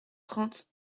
trente